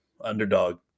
underdog